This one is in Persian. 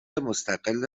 مستقل